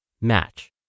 match